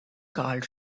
carl